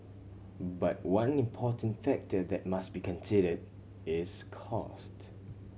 but one important factor that they must be consider is cost